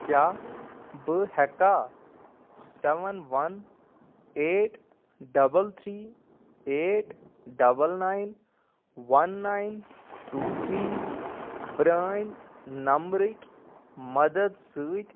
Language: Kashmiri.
کیٛاہ بہٕ ہیٚکاہ seven one eight double three eight double nine one nine two three پرٛان نمبرٕکۍ مدد سۭتۍ